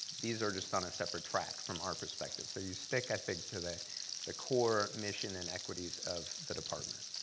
these are just on a separate track from our perspective, so you stick, i think, to the the core mission, and equities of the department.